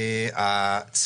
הדירות,